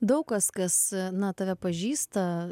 daug kas kas na tave pažįsta